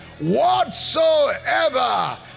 Whatsoever